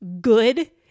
good